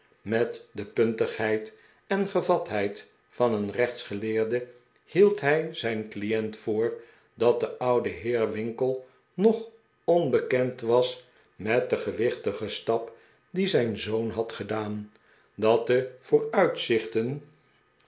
met de puntigheid en gevatheid van een rechtsgeleerde hield hij zijn client voor dat de oude heer winkle nog onbekend was met den gewichtigen stap dien zijn zoon had gedaan dat de